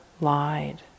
lied